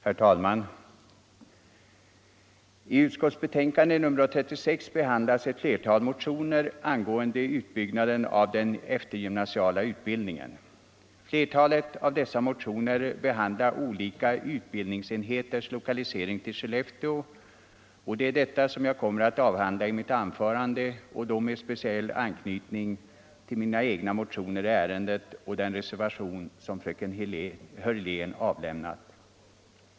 Herr talman! I utbildningsutskottets betänkande nr 36 behandlas flera motioner angående utbyggnaden av den eftergymnasiala utbildningen. Flertalet av dessa motioner behandlar olika utbildningsenheters lokalisering till Skellefteå, och det är dessa som jag kommer att avhandla i mitt anförande och då med speciell anknytning till mina egna motioner i ärendet och den reservation som fröken Hörlén har avlämnat.